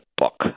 book